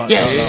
Yes